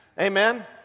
Amen